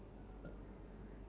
ya one five